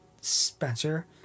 Spencer